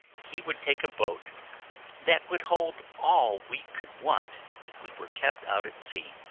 he would take a boat that would hold all we could want if we were kept out at sea.